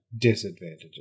disadvantages